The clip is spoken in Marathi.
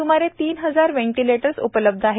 सुमारे तीन हजार व्हेंटीलेटर्स उपलब्ध आहेत